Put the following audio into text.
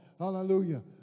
Hallelujah